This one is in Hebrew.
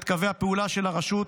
את קווי הפעולה של הרשות,